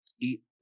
eat